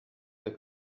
der